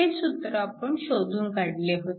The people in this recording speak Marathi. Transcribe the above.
हे सूत्र आपण शोधून काढले होते